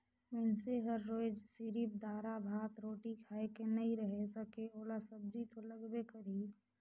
मइनसे हर रोयज सिरिफ दारा, भात, रोटी खाए के नइ रहें सके ओला सब्जी तो लगबे करही